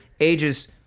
ages